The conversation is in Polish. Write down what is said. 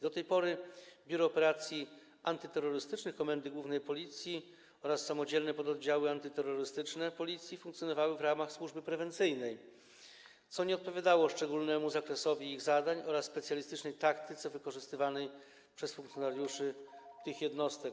Do tej pory Biuro Operacji Antyterrorystycznych Komendy Głównej Policji oraz samodzielne pododdziały antyterrorystyczne Policji funkcjonowały w ramach służby prewencyjnej, co nie odpowiadało szczególnemu zakresowi ich zadań oraz specjalistycznej taktyce wykorzystywanej przez funkcjonariuszy tych jednostek.